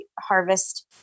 harvest